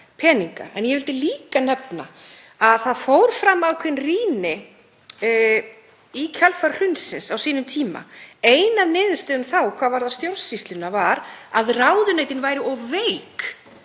En ég vildi líka nefna að það fór fram ákveðin rýni í kjölfar hrunsins á sínum tíma. Ein af niðurstöðunum þá hvað varðar stjórnsýsluna var að ráðuneytin væru of veik